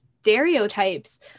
stereotypes